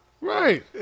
Right